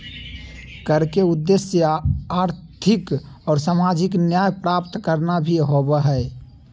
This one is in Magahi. कर के उद्देश्य आर्थिक और सामाजिक न्याय प्राप्त करना भी होबो हइ